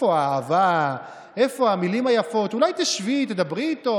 אותה אחת יושבת עכשיו בקבינט הקורונה ומייעצת איך להתמודד.